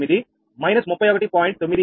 98 60